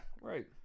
right